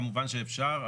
כמובן שאפשר,